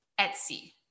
Etsy